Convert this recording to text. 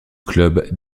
club